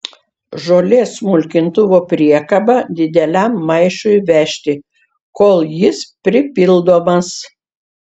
žolės smulkintuvo priekaba dideliam maišui vežti kol jis pripildomas